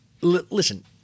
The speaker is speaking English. listen